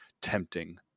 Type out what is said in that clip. tempting